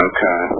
Okay